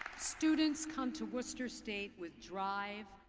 students come to worcester state with drive,